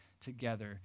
together